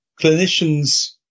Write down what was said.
clinicians